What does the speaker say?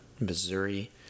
Missouri